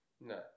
No